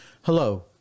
Hello